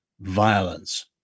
violence